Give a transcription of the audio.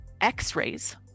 x-rays